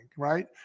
right